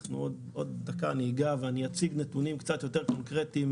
אני אציג נתונים קצת יותר קונקרטיים